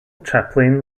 chaplain